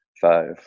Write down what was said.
Five